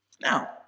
Now